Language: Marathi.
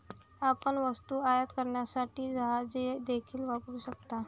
आपण वस्तू आयात करण्यासाठी जहाजे देखील वापरू शकता